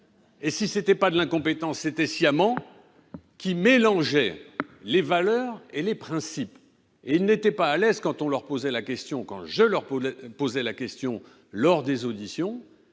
Et si c'était pas de l'incompétence, c'était Siaman qui mélangeait les valeurs et les principes. Et ils n'étaient pas à l'aise quand on leur posait la question, quand je leur posais la question lors des auditions,